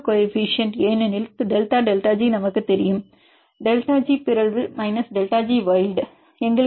தொடர்பு கோஎபிசியன்ட் ஏனெனில் delta delta G நமக்குத் தெரியும் டெல்டா ஜி பிறழ்வு minus delta G wild delta G mutant - delta G wild